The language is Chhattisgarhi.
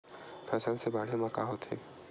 फसल से बाढ़े म का होथे?